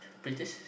British